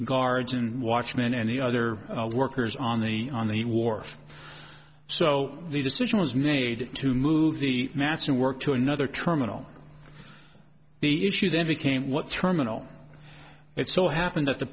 guards and watchman and the other workers on the on the wharf so the decision was made to move the mast and work to another terminal the issue then became what terminal it so happened that the